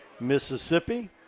Mississippi